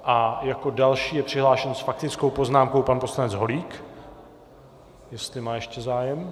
A jako další je přihlášen s faktickou poznámkou pan poslanec Holík, jestli má ještě zájem.